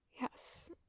Yes